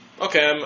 Okay